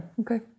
Okay